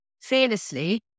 fearlessly